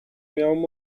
miałam